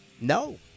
no